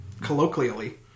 colloquially